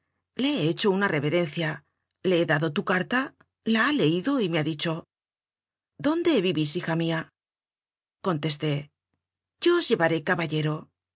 le he hecho una reverencia le he dado tu carta la ha leido y me ha dicho dónde vivís hija mia contesté yo os llevaré caballero